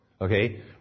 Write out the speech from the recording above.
Okay